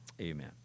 Amen